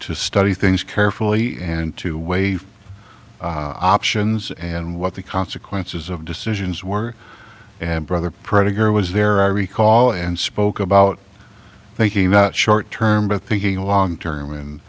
to study things carefully and to weigh options and what the consequences of decisions were and brother predator was there i recall and spoke about making that short term by thinking long term and